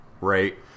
Right